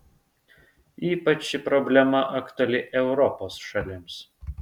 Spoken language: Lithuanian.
ypač ši problema aktuali europos šalims